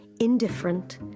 indifferent